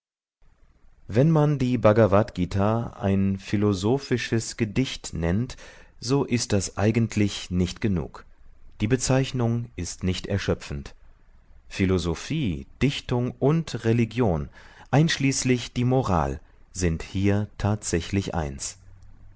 wenn man die bhagavadgt ein philosophisches gedicht nennt so ist das eigentlich nicht genug die bezeichnung ist nicht erschöpfend philosophie dichtung und religion einschließlich die moral sind hier tatsächlich eins